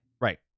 Right